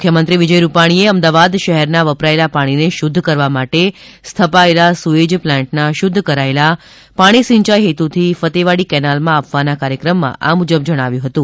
મુખ્યમંત્રી વિજય રૂપાણીએ અમદાવાદ શહેરના વપરાયેલા પાણીને શુધ્ધ કરવા માટે સ્થપાયેલા સુએજ પ્લાન્ટના શુધ્ધ કરાયેલા પાણી સિંચાઇ હેતુથી ફતેવાડ઼ી કેનાલમાં આપવાના કાર્યક્રમમાં આ મુજબ જણાવ્યું હતું